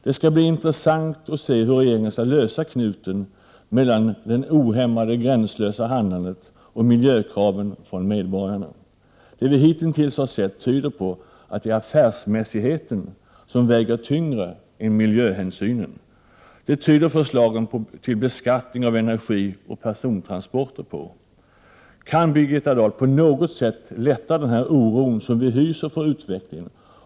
Det skall bli intressant att se hur regeringen kommer att lösa knuten i fråga om dels det ohämmade gränslösa handlandet, dels medborgarnas miljökrav. Att döma av vad vi hitintills har sett väger affärsmässigheten tyngre än miljöhänsynen. Det räcker att studera förslagen till beskattning av energi och persontransporter för att inse detta. Kan Birgitta Dahl på något sätt bidra till att den oro som vi hyser för utvecklingen kan minskas?